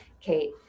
Kate